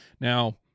Now